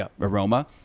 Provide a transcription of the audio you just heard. aroma